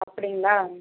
அப்படிங்களா